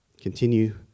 continue